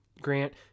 Grant